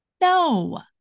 No